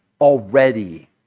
already